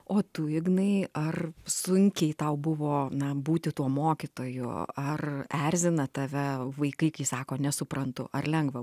o tu ignai ar sunkiai tau buvo na būti tuo mokytoju ar erzina tave vaikai kai sako nesuprantu ar lengva